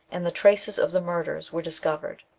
and the traces of the murders were discovered.